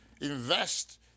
Invest